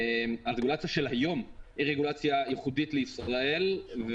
הרגולציה של היום היא רגולציה ייחודית לישראל.